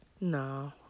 No